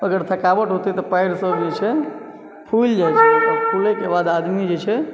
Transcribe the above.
अगर थकावट अओते तऽ पयरसभ जे छै फूलि जाय छै फूलेके बाद आदमी जे छै